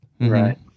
Right